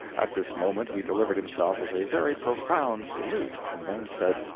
at this moment he delivered himself of a very profound salute, and then said,